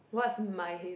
what's my